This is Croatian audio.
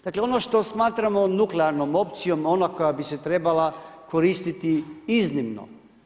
Dakle ono što smatramo nuklearnom opcijom ona koja bi se trebala koristiti iznimno.